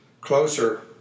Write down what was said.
closer